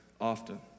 often